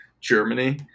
Germany